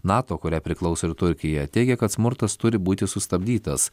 nato kuriai priklauso ir turkija teigia kad smurtas turi būti sustabdytas